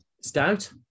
Stout